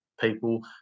people